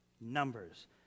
Numbers